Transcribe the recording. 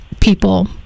people